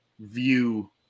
view –